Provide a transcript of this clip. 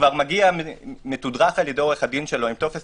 מגיע מתודרך על-ידי עורך הדין שלו עם טופס